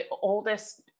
oldest